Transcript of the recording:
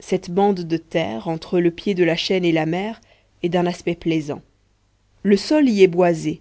cette bande de terre entre le pied de la chaîne et la mer est d'un aspect plaisant le sol y est boisé